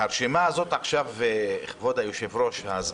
כבוד ממלא מקום היושב-ראש,